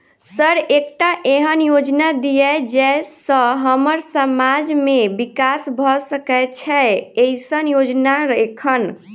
Sir एकटा एहन योजना दिय जै सऽ हम्मर समाज मे विकास भऽ सकै छैय एईसन योजना एखन?